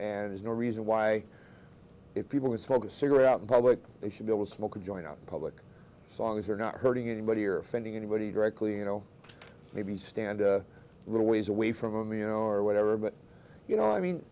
is no reason why if people would talk a cigarette out in public they should be able to smoke a joint out in public songs they're not hurting anybody or offending anybody directly you know maybe stand a little ways away from them you know or whatever but you know i mean